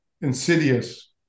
insidious